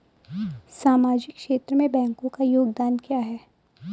सामाजिक क्षेत्र में बैंकों का योगदान क्या है?